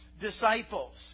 disciples